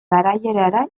garaierara